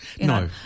No